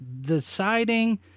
deciding